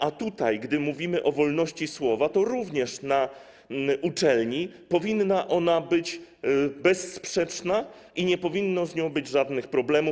A tutaj, gdy mówimy o wolności słowa, to również na uczelni powinna ona być bezsprzeczna i nie powinno z nią być żadnych problemów.